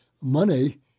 money